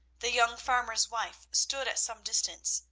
the young farmer's wife stood at some distance,